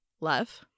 love